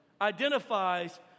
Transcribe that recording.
identifies